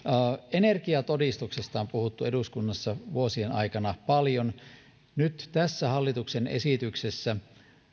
energiatodistuksesta on puhuttu eduskunnassa vuosien aikana paljon nyt tässä hallituksen esityksessä